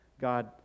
God